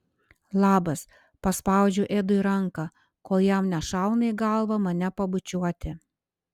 labas paspaudžiu edui ranką kol jam nešauna į galvą mane pabučiuoti